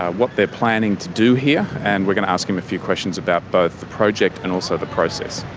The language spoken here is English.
ah what they're planning to do here, and we're going to ask him a few questions about both the project and also the process.